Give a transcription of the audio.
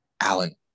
alan